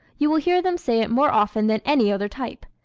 you will hear them say it more often than any other type.